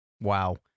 Wow